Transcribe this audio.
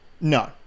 No